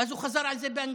ואז הוא חזר על זה באנגלית,